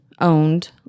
owned